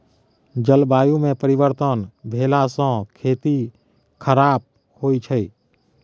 जलवायुमे परिवर्तन भेलासँ खेती खराप होए छै